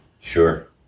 Sure